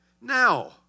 Now